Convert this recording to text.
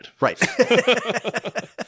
Right